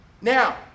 Now